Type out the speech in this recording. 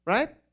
Right